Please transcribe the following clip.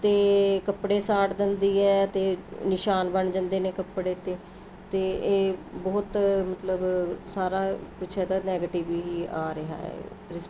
ਅਤੇ ਕੱਪੜੇ ਸਾੜ ਦਿੰਦੀ ਹੈ ਅਤੇ ਨਿਸ਼ਾਨ ਬਣ ਜਾਂਦੇ ਨੇ ਕੱਪੜੇ 'ਤੇ ਅਤੇ ਇਹ ਬਹੁਤ ਮਤਲਬ ਸਾਰਾ ਕੁਛ ਇਹਦਾ ਨੈਗੇਟਿਵ ਹੀ ਆ ਰਿਹਾ ਹੈ